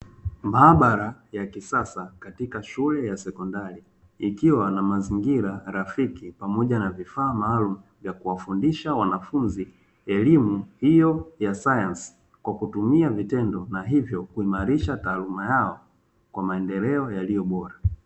Maabara ya kisasa katika shule ya sekondari ikiwa na mazingira rafiki pamoja na vifaa maalumu vya kuwafundisha wanafunzi elimu hiyo ya sayansi, kwa kutumia vitendo na hivyo kuimarisha taaluma yao kwa maendeleo yaliyo bora.